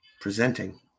Presenting